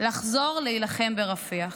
לחזור להילחם ברפיח.